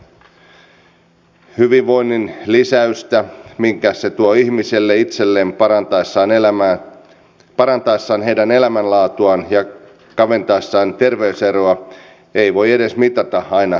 mitä hyvinvoinnin lisäys tuo ihmisille parantaessaan heidän elämänlaatuaan ja kaventaessaan terveyseroa ei voi edes mitata aina rahassa